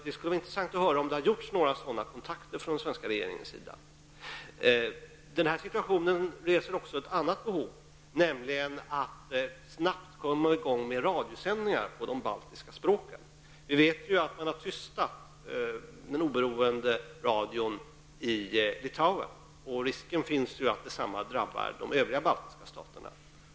Det skulle vara intressant att få höra om det tagits några sådana kontakter från den svenska regeringens sida. Denna situation reser också ett annat behov, nämligen att snabbt komma i gång med radiosändningar på de baltiska språken. Vi vet ju att man har tystat den oberoende radion i Litauen, och risken finns att samma öde drabbar de övriga baltiska staterna.